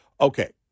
Okay